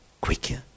quicker